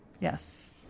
yes